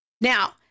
Now